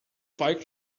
fight